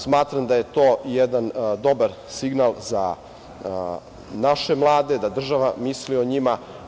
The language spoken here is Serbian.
Smatram da je to jedan dobar signal za naše mlade, da država misli o njima.